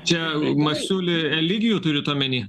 čia masiulį eligijų turit omeny